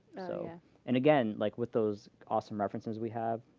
so and, again, like with those awesome references we have,